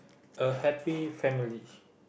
a happy family